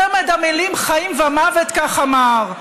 צמד המילים "חיים ומוות" כך אמר,